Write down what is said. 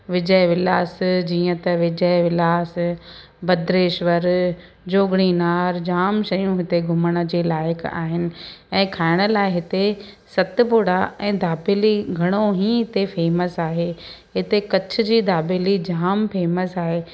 विजय विलास जीअं त विजय विलास बद्रेश्वर जोगणीनार जाम शयूं हिते घुमण जे लाइक़ु आहिनि ऐं खाइण लाइ हिते सतपुड़ा ऐं दाबेली घणो ई हिते फेमस आहे हिते कच्छ जी दाबेली जाम फेमस आहे